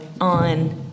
on